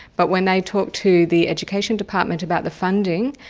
but when they talked to the education department about the funding,